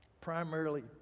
Primarily